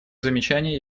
замечаний